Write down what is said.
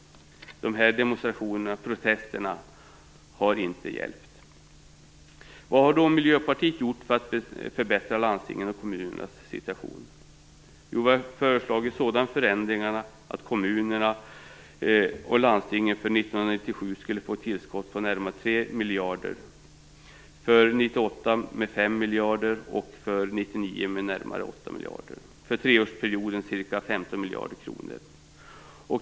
Protesterna har inte hjälpt. Vad har då Miljöpartiet gjort för att förbättra landstingens och kommunernas situation? Jo, vi har föreslagit sådana förändringar att kommunerna och landstingen för 1997 skulle få ett tillskott på närmare 1999 med närmare 8 miljarder, för treårsperioden alltså ca 15 miljarder kronor.